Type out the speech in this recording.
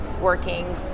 working